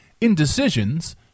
indecisions